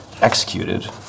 executed